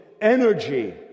energy